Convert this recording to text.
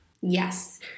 Yes